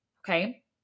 Okay